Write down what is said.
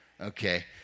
Okay